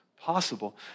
possible